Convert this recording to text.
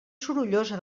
sorollosa